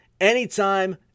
anytime